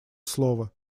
слова